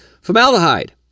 Formaldehyde